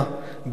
בהסכמה,